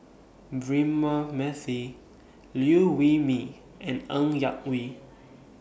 Braema Mathi Liew Wee Mee and Ng Yak Whee